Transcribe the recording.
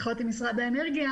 משיחות עם משרד האנרגיה,